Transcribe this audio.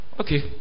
Okay